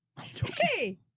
Hey